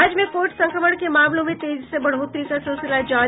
राज्य में कोविड संक्रमण के मामलों में तेजी से बढ़ोतरी का सिलसिला जारी